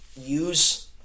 use